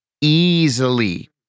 easily